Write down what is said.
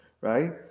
right